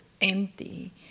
empty